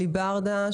אלי ברדה,